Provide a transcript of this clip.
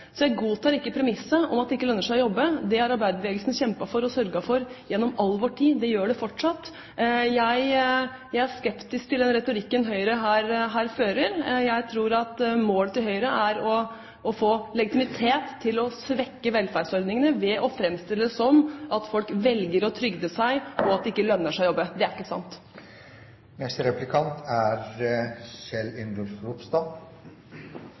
Så jeg godtar ikke premisset om at det ikke lønner seg å jobbe. Det har arbeiderbevegelsen kjempet for og sørget for gjennom all vår tid, og gjør det fortsatt. Jeg er skeptisk til den retorikken som Høyre her fører. Jeg tror at målet til Høyre er å få legitimitet til å svekke velferdsordningene ved å framstille det som om folk velger å «trygde seg», og at det ikke lønner seg å jobbe. Det er ikke